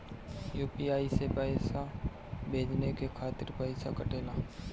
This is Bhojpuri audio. यू.पी.आई से पइसा भेजने के खातिर पईसा कटेला?